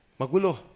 magulo